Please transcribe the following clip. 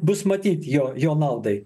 bus matyt jo jo naudai